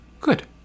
Good